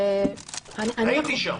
הייתי שם.